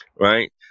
right